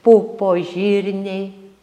pupos žirniai